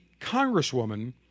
Congresswoman